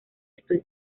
estoy